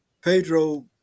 Pedro